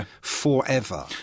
forever